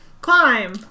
Climb